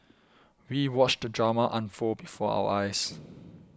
we watched drama unfold before our eyes